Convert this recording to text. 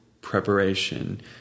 preparation